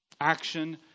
Action